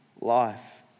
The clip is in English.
life